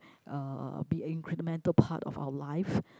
uh be an incremental part of our life